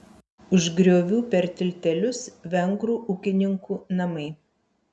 už griovių per tiltelius vengrų ūkininkų namai